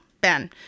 Ben